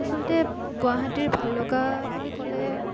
আচলতে গুৱাহাটীৰ ভাল লগা বুলি ক'লে